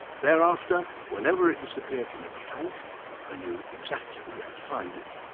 thereafter whenever it disappeared from its tank i knew exactly where to find it.